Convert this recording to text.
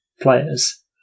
players